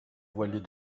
voilés